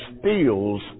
steals